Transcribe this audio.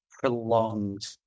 prolonged